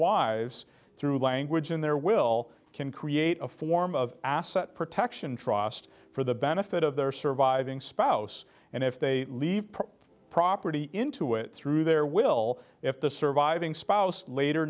wives through language and their will can create a form of asset protection trust for the benefit of their surviving spouse and if they leave the property into it through their will if the surviving spouse later